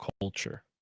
culture